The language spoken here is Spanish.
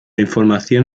información